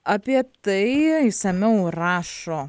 apie tai išsamiau rašo